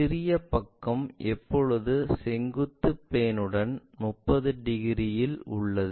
சிறிய பக்கம் எப்போதும் செங்குத்து பிளேன் உடன் 30 டிகிரி இல் உள்ளது